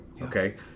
okay